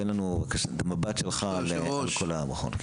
תן לנו את המבט שלך על כל המכון.